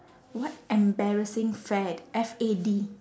what embarrassing fad F A D